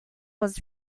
was